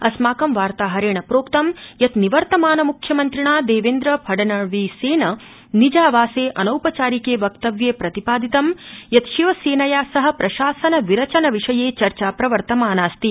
अस्माकं वार्ताहरेण प्रोक्तं यत् निवर्तमानम्ख्यमन्त्रिणा देवेन्द्र फडणवीसेन निजावासे अनौपचारिके वक्तव्ये प्रतिपादितं यत् शिवसेनया सह प्रशासन विरचनविषये चर्चा प्रवर्तमानास्ति